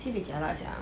sibeh jialat sia